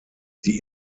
die